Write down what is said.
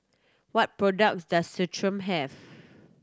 what products does Centrum have